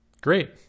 Great